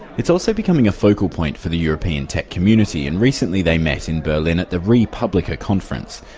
it's also becoming a focal point for the european tech community and recently they met in berlin at the re. publica conference,